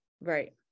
right